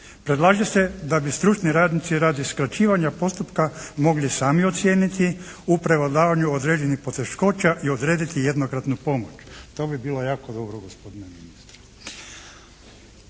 Predlaže se da bi stručni radnici radi skraćivanja postupka mogli sami ocijeniti u prevladavanju određenih poteškoća i odrediti jednokratnu pomoć. To bi bilo jako dobro gospodine ministre.